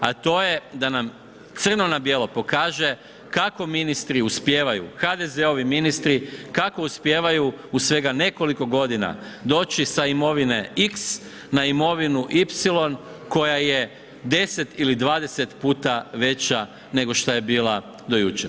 A to je da nam crno na bijelo pokaže kako ministri uspijevaju HDZ-ovi ministri kako uspijevaju u svega nekoliko godina doći sa imovine x na imovinu y koja je 10 ili 20 puta veća nego šta je bila do jučer.